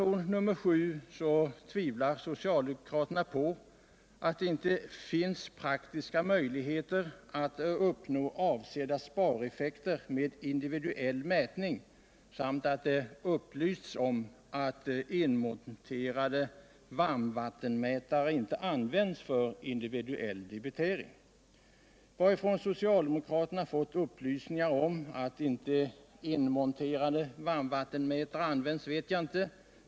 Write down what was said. gelse, m. mm. J reservationen 7 tvivlar socialdemokraterna på att det finns praktiska möjligheter att uppnå avsedda spareffekter med individuell mätning, och man upplyser om att inmonterade varmvattenmätare inte används för individuell debitering. Varifrån socialdemokraterna har fått upplysningen att inte inmonterade varmvattenmätaro används vet jag inte.